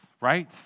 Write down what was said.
right